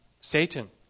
Satan